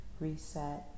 reset